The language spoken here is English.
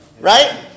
right